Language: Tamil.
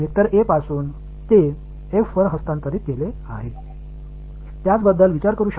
இங்கே என்ன நடந்தது என்றால் நான் இன் எந்த டிரைவேடிவையும் எடுக்க வேண்டியதில்லை தன்னை தானே எடுத்துக்கொள்ளும்